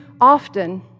often